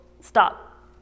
Stop